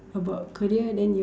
about career then you